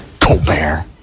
Colbert